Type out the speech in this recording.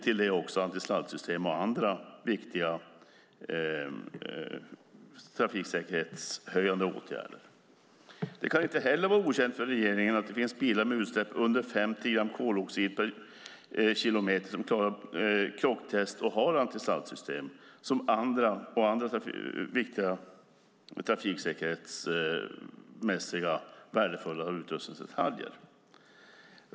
Till det kommer antisladdsystem och andra viktiga trafiksäkerhetshöjande åtgärder. Inte heller kan det vara okänt för regeringen att det finns bilar med utsläpp på mindre än 50 gram koldioxid per kilometer som klarar krocktest, har antisladdsystem samt andra viktiga trafiksäkerhetsmässigt värdefulla utrustningsdetaljer.